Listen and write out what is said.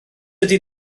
ydy